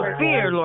fear